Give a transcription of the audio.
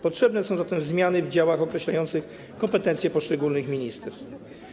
Potrzebne są zatem zmiany w działach określających kompetencje poszczególnych ministrów.